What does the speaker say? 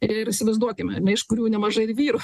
ir įsivaizduokime ar ne iš kurių nemažai ir vyrų